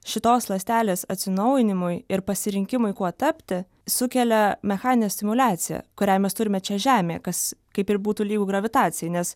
šitos ląstelės atsinaujinimui ir pasirinkimui kuo tapti sukelia mechaninė stimuliacija kurią mes turime čia žemėje kas kaip ir būtų lygu gravitacijai nes